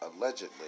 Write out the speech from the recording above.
allegedly